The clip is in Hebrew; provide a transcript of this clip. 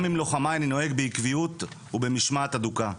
גם עם לוחמיי אני נוהג בעקביות ובמשמעת הדוקה.